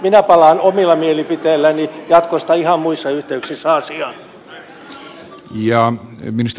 minä palaan omilla mielipiteilläni jatkossa ihan muissa yhteyksissä asiaan